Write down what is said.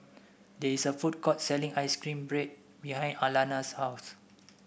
there is a food court selling ice cream bread behind Alanna's house